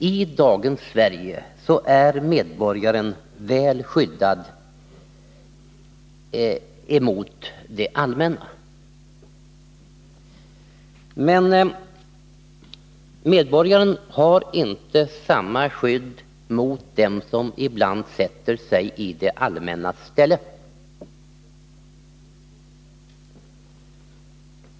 I dagens Sverige är medborgaren väl skyddad emot det allmänna. Men medborgaren har inte samma skydd mot dem som ibland sätter sig i det allmännas ställe.